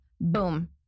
boom